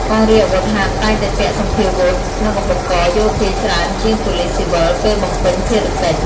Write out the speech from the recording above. កងរាជអាវុធហត្ថតែងតែពាក់សព្វាវុធ និងឧបករណ៍យោធាច្រើនជាងប៉ូលិសស៊ីវិលពេលបំពេញភារកិច្ច។